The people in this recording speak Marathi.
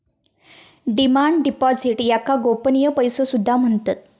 डिमांड डिपॉझिट्स याका गोपनीय पैसो सुद्धा म्हणतत